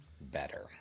better